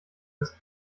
das